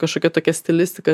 kažkokia tokia stilistika